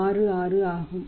66 ஆகும்